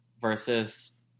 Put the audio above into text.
versus